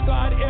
God